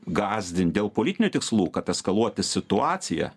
gąsdint dėl politinių tikslų kad eskaluoti situaciją